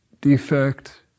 defect